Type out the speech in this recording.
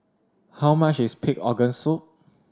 how much is pig organ soup